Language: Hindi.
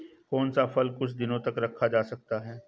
कौन सा फल कुछ दिनों तक रखा जा सकता है?